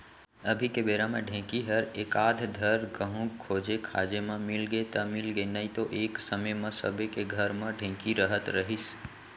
अभी के बेरा म ढेंकी हर एकाध धर कहूँ खोजे खाजे म मिलगे त मिलगे नइतो एक समे म सबे के घर म ढेंकी रहत रहिस